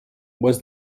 was